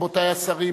רבותי השרים,